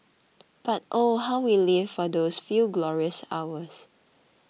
but oh how we live for those few glorious hours